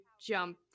jump